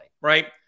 Right